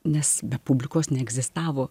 nes be publikos neegzistavo